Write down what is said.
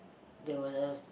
there was a